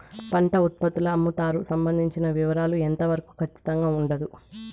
పంట ఉత్పత్తుల అమ్ముతారు సంబంధించిన వివరాలు ఎంత వరకు ఖచ్చితంగా ఉండదు?